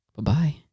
Bye-bye